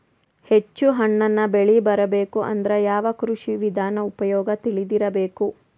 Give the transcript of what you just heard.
ಹೆಚ್ಚು ಹಣ್ಣನ್ನ ಬೆಳಿ ಬರಬೇಕು ಅಂದ್ರ ಯಾವ ಕೃಷಿ ವಿಧಾನ ಉಪಯೋಗ ತಿಳಿದಿರಬೇಕು?